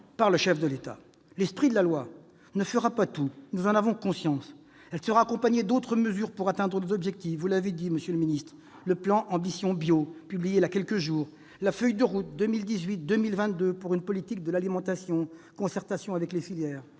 par le chef de l'État. L'esprit de la loi ne fera pas tout, nous en avons conscience ; il faudra que celle-ci soit accompagnée d'autres mesures pour atteindre nos objectifs. Vous avez cité, monsieur le ministre, le Plan « ambition bio », publié il y a quelques jours, et la feuille de route 2018-2022 pour une politique de l'alimentation, en concertation avec les filières.